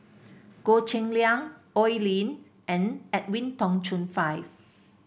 Goh Cheng Liang Oi Lin and Edwin Tong Chun Fai